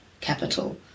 capital